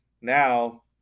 Now